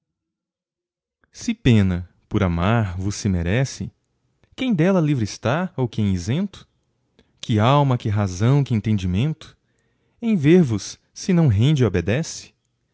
se pena por amar vos se merece quem dela livre está ou quem isento que alma que razão qu'entendimento em ver vos se não rende e obedece